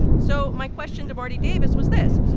so my question to marty davis was this.